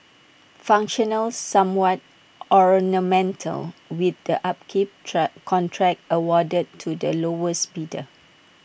functional somewhat ornamental with the upkeep try contract awarded to the lowest bidder